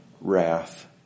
wrath